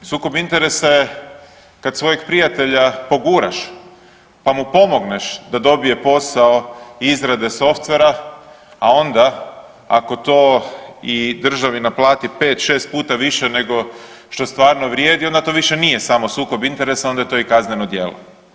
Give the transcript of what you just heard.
Sukob interesa je kad svojeg prijatelja poguraš pa mu pomogneš da dobije posao izrade softvera, a onda ako to i državi naplati 5-6 puta više nego što stvarno vrijedi onda to više nije samo sukob interesa onda je to i kazneno djelo.